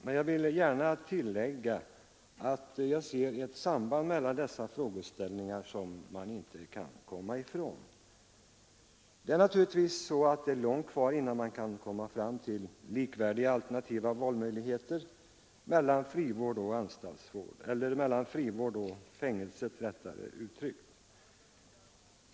Men jag vill gärna tillägga, att jag ser ett samband mellan dessa frågeställningar som man inte kan komma ifrån. Det är naturligtvis långt kvar innan man kan komma fram till likvärdiga alternativa valmöjligheter mellan frivård och fängelse.